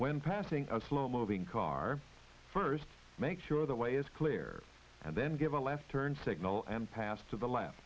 when passing a slow moving car first make sure their way is clear and then give a left turn signal and pass to the left